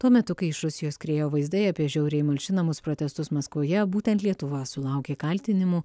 tuo metu kai iš rusijos skriejo vaizdai apie žiauriai malšinamus protestus maskvoje būtent lietuva sulaukė kaltinimų